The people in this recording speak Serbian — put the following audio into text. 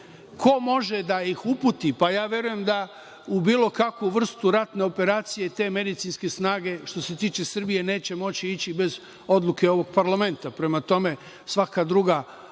Ko može da ih uputi? Verujem, da u bilo kakvu vrstu ratne operacije te medicinske snage, što se tiče Srbije, neće moći ići bez odluke ovog Parlamenta. Prema tome, svaka druga